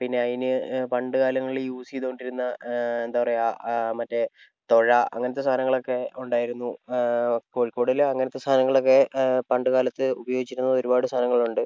പിന്നെ അതിന് പണ്ട് കാലങ്ങളിൽ യൂസ് ചെയ്തു കൊണ്ടിരുന്ന എന്താ പറയുക ആ മറ്റേ തുഴ അങ്ങനത്തെ സാധനങ്ങളൊക്കെ ഉണ്ടായിരുന്നു കോഴിക്കോടിൽ അങ്ങനത്തെ സാധനങ്ങളൊക്കെ പണ്ട് കാലത്ത് ഉപയോഗിച്ചിരുന്ന ഒരുപാട് സാധനങ്ങളുണ്ട്